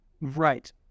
Right